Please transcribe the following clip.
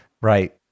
Right